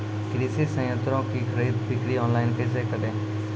कृषि संयंत्रों की खरीद बिक्री ऑनलाइन कैसे करे?